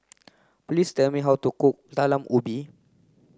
please tell me how to cook talam ubi